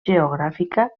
geogràfica